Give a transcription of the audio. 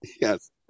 Yes